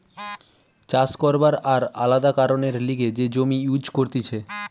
চাষ করবার আর আলাদা কারণের লিগে যে জমি ইউজ করতিছে